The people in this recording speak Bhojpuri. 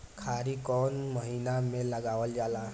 खीरा कौन महीना में लगावल जाला?